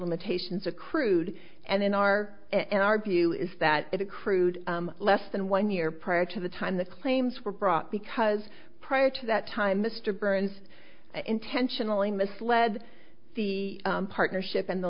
limitations of crude and in our in our view is that it accrued less than one year prior to the time the claims were brought because prior to that time mr burns intentionally misled the partnership and the